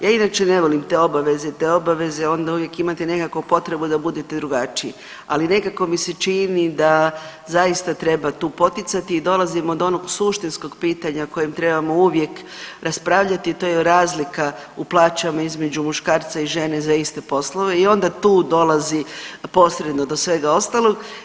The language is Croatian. Ja inače ne volim te obaveze, te obaveze onda uvijek imate nekako potrebu da budete drugačiji, ali nekako mi čini da zaista treba tu poticati i dolazimo do onog suštinskog pitanja o kojem trebamo uvijek raspravljati to je razlika u plaćama između muškarca i žene za iste poslove i onda tu dolazi posredno do svega ostalog.